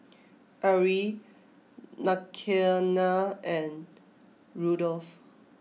Arrie Makenna and Rudolph